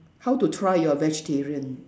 how to try you're a vegetarian